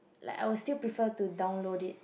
like I will still prefer to download it